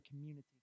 community